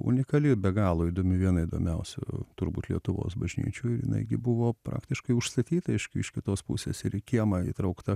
unikali be galo įdomi viena įdomiausių turbūt lietuvos bažnyčių ir jinai gi buvo praktiškai užstatyta iš iš kitos pusės ir į kiemą įtraukta